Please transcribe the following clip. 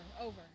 Over